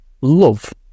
love